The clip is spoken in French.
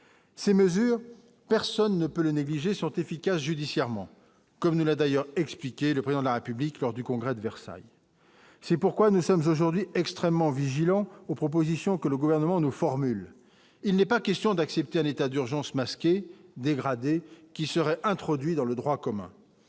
ces mesures, personne ne peut le négliger sont efficace judiciairement, comme nous l'a d'ailleurs expliqué le président de la République lors du congrès de Versailles, c'est pourquoi nous sommes aujourd'hui extrêmement vigilants aux propositions que le gouvernement nous formule il n'est pas question d'accepter un état d'urgence dégradé qui serait introduit dans le droit commun,